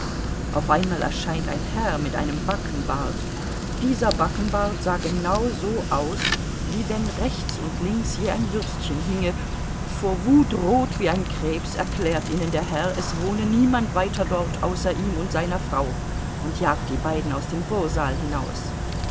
auf ein mal erscheint ein herr mit einem backenbart dieser backenbart sah genauso aus wie wenn rechts und links je ein würstchen hinge vor wut rot wie ein krebs erklärt ihnen der herr es wohne niemand weiter dort außer ihm und seiner frau und jagt die beiden aus dem vorsaal hinaus